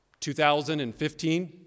2015